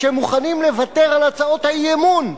שהם מוכנים לוותר על הצעות האי-אמון,